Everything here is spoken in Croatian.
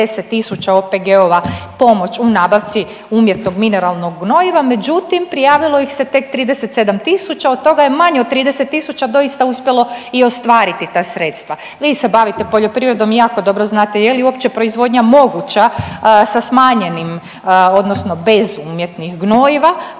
OPG-ova pomoć u nabaci umjetnog mineralnog gnojiva, međutim prijavilo ih se tek 37.000 od toga je manje od 30.000 doista uspjelo i ostvariti ta sredstva. Vi se bavite poljoprivredom i jako dobro znate je li uopće proizvodnja moguća sa smanjenim odnosno bez umjetnih gnojiva,